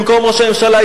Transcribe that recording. במקום ראש הממשלה,